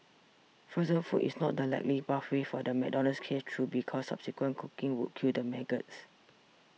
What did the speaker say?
frozen food is not the likely pathway for the McDonald's case though because subsequent cooking would kill the maggots